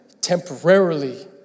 temporarily